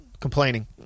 complaining